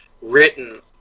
written